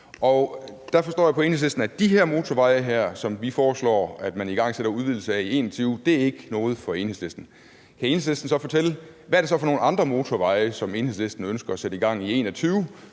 der forstår jeg på Enhedslisten, at de her motorveje, som vi foreslår man igangsætter udvidelse af i 2021, ikke er noget for dem. Kan Enhedslisten fortælle, hvad det så er for nogle andre motorveje, som Enhedslisten ønsker at sætte i gang i 2021,